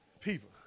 people